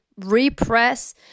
repress